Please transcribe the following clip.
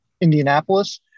Indianapolis